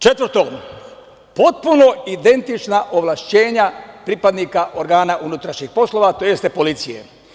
Četvrto, potpuno identična ovlašćenja pripadnika organa unutrašnjih poslova, to jest policije.